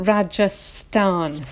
Rajasthan